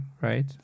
right